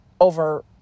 over